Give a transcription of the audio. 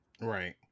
Right